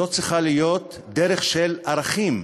זו צריכה להיות דרך של ערכים,